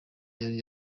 yari